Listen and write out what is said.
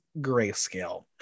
grayscale